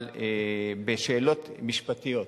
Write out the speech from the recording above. אבל בשאלות משפטיות.